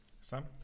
Sam